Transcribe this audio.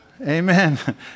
Amen